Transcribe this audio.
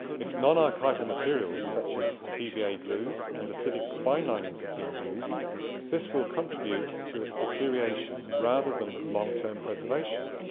if non-archival materials such as pva glues and acidic spine linings have been used this will contribute to its deterioration, rather than long term preservation